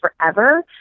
forever